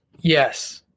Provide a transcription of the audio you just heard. Yes